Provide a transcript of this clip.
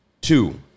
Two